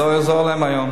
זה לא יעזור להם היום.